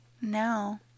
no